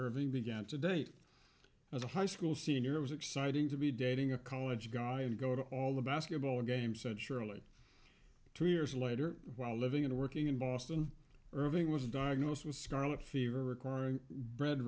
irving began to date as a high school senior it was exciting to be dating a college guy and go to all the basketball games said surely two years later while living and working in boston irving was diagnosed with scarlet fever requiring b